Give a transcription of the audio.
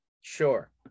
Sure